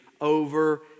over